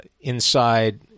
inside